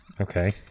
okay